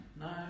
No